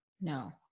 No